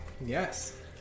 Yes